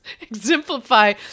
exemplify